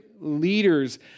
leaders